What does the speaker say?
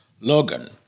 Logan